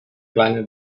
kleine